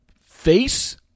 face